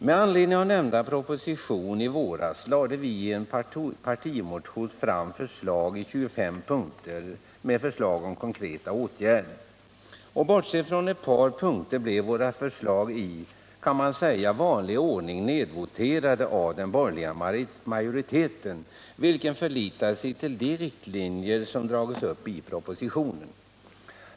Med anledning av nämnda proposition i våras lade vi i en partimotion fram förslag i 25 punkter om konkreta åtgärder. Bortsett från ett par punkter blev våra förslag i, kan man säga, vanlig ordning nedvoterade av den borgerliga majoriteten, som förlitade sig till de riktlinjer som dragits upp i propositionen.